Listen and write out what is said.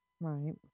Right